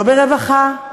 לא ברווחה,